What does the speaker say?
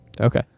Okay